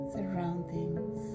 Surroundings